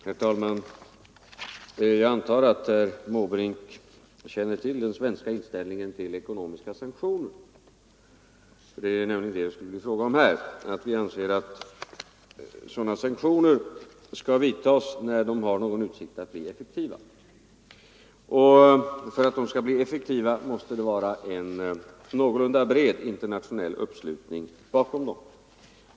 Herr talman! Jag antar att herr Måbrink känner till den svenska inställningen till ekonomiska sanktioner. Det är nämligen den som det är fråga om här. Vi anser att sådana sanktioner skall vidtas när de har någon utsikt att bli effektiva. Och för att de skall bli det måste det finnas en någorlunda bred internationell uppslutning bakom dem.